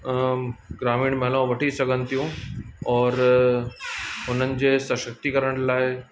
ग्रामीण महिलाऊं वठी सघनि थियूं और हुननि जे सशक्तिकरण लाइ